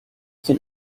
can